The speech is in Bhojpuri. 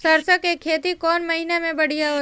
सरसों के खेती कौन महीना में बढ़िया होला?